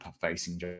facing